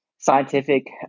scientific